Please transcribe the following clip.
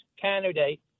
candidate